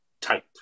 type